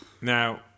Now